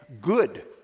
good